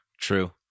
true